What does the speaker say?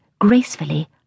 gracefully